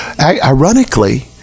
Ironically